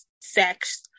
sex